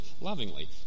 lovingly